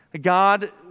God